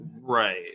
Right